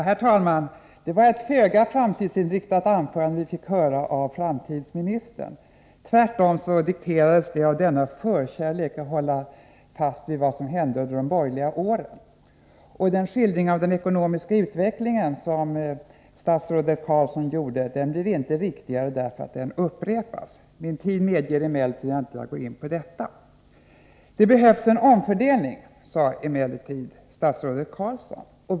Herr talman! Det var ett föga framtidsinriktat anförande vi fick höra av framtidsministern. Tvärtom dikterades det av en förkärlek att uppehålla sig vid vad som hände under de borgerliga åren. Den skildring av den ekonomiska utvecklingen som statsrådet Carlsson gav blir inte riktigare för att den upprepas. Tiden medger emellertid inte att jag går in på detta. Det behövs en omfördelning, sade emellertid statsrådet Carlsson.